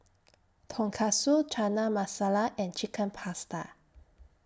Tonkatsu Chana Masala and Chicken Pasta